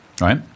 right